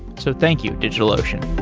so thank you, digitalocean